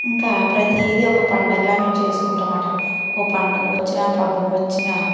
ఇంకా ప్రతిదీ ఒక పండుగలాగా మేం చేసుకుంటాం అన్నమాట ఓ పండుగ వచ్చినా పబ్బం వచ్చినా